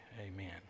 amen